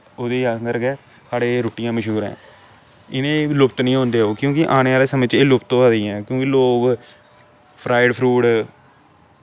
ओह्दे आंह्गर साढ़ी रुट्टियां मश्हूर ऐ इनें बी लुप्त नी होन देओ क्योंकि आने आह्ले समें च एह् लुप्त होआ दियां ऐं क्योंकि लोग फ्राइड फूड